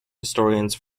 historians